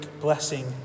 blessing